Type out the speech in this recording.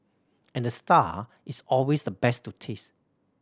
and the star is always the best to taste